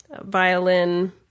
violin